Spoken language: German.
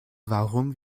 warum